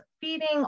feeding